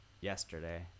yesterday